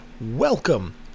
welcome